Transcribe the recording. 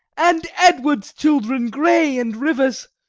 and edward's children, grey, and rivers,